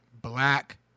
Black